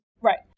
Right